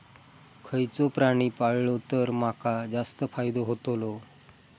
खयचो प्राणी पाळलो तर माका जास्त फायदो होतोलो?